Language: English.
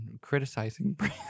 criticizing